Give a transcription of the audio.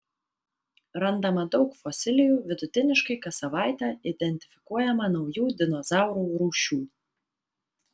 randama daug fosilijų vidutiniškai kas savaitę identifikuojama naujų dinozaurų rūšių